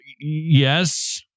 Yes